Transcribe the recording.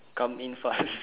come in fast